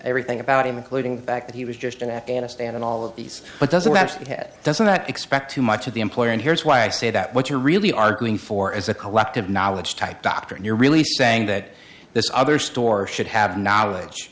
everything about him including the fact that he was just in afghanistan and all of these but doesn't match the head doesn't expect too much of the employer and here's why i say that what you really are going for is a collective knowledge type doctor and you're really saying that this other store should have knowledge